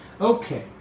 okay